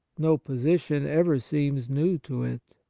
no position ever seems new to it,